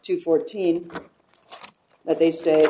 to fourteen that they stay